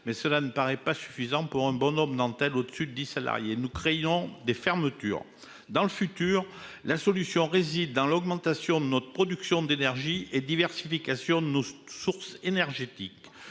mais cela ne paraît pas suffisant pour un bonhomme Nantel au-dessus de 10 salariés nous. Des fermetures dans le futur, la solution réside dans l'augmentation de notre production d'énergie et diversification de nos sources énergétiques,